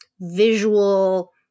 visual